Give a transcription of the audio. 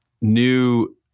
new